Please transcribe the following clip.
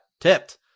tipped